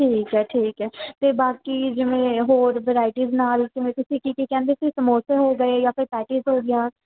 ਠੀਕ ਹੈ ਠੀਕ ਹੈ ਅਤੇ ਬਾਕੀ ਜਿਵੇਂ ਹੋਰ ਵਰਾਇਟੀਜ਼ ਨਾਲ ਕਿਵੇਂ ਤੁਸੀਂ ਕੀ ਕੀ ਕਹਿੰਦੇ ਸੀ ਸਮੋਸੇ ਹੋ ਗਏ ਜਾਂ ਫਿਰ ਪੈਟਿਜ਼ ਹੋ ਗਈਆਂ